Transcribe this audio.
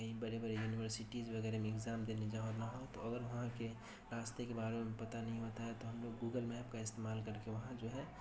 کہیں بڑے بڑے یونیورسٹیز وغیرہ میں ایگزام دینے جانا ہو تو اگر وہاں کے راستے کے بارے میں پتہ نہیں ہوتا ہے تو ہم لوگ گوگل میپ کا استعمال کر کے وہاں جو ہے